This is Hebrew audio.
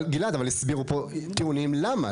אבל גלעד, אבל הסבירו פה טיעונים למה.